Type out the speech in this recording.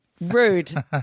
Rude